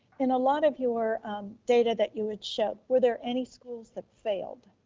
and a lot of your data that you would show, were there any schools that failed?